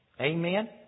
Amen